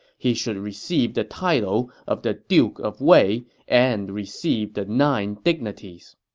he should receive the title of the duke of wei and receive the nine dignities.